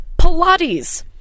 Pilates